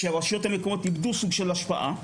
כשהרשויות המקומיות איבדו סוג של השפעה,